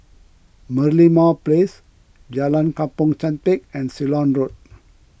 Merlimau Place Jalan Kampong Chantek and Ceylon Road